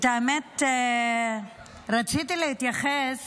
האמת, רציתי להתייחס